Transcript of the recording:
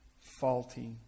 faulty